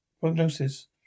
prognosis